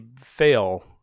fail